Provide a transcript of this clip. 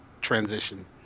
transition